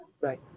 Right